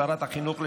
שרת החינוך לשעבר,